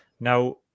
Now